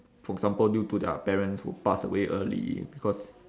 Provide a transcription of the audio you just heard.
for example due to their parents who passed away early because